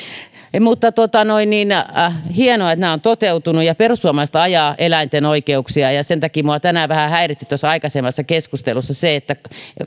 mutta hienoa että nämä ovat toteutuneet ja perussuomalaiset ajaa eläinten oikeuksia sen takia minua tänään vähän häiritsi tuossa aikaisemmassa keskustelussa se että